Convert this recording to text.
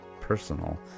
personal